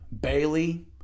Bailey